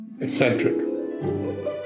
Eccentric